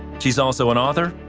she is also an author,